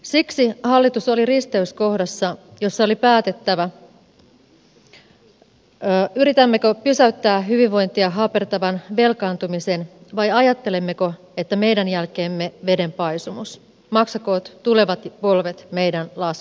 siksi hallitus oli risteyskohdassa jossa oli päätettävä yritämmekö pysäyttää hyvinvointia hapertavan velkaantumisen vai ajattelemmeko että meidän jälkeemme vedenpaisumus maksakoot tulevat polvet meidän laskumme